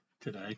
today